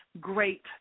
great